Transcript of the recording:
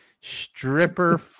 stripper